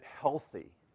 healthy